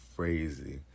Crazy